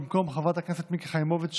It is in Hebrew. במקום חברת הכנסת מיקי חיימוביץ',